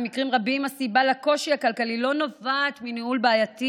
במקרים רבים הסיבה לקושי הכלכלי לא נובעת מניהול בעייתי